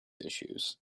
issues